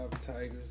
tigers